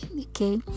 okay